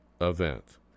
Event